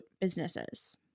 businesses